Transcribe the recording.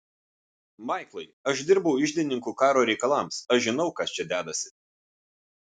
maiklai aš dirbau iždininku karo reikalams aš žinau kas čia dedasi